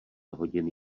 hodiny